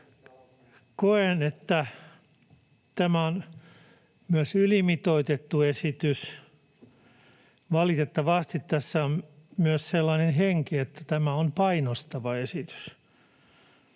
Koen, että tämä on myös ylimitoitettu esitys. Valitettavasti tässä on myös sellainen henki, että tämä on painostava esitys.